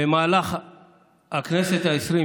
במהלך הכנסת העשרים,